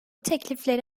teklifleri